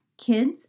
Kids